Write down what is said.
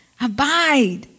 Abide